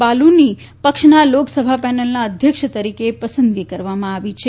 બાલુની પક્ષના લોકસભા પેનલના અધ્યક્ષ તરીકે પસંદગી કરવામાં આવી છે